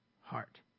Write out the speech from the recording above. heart